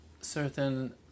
certain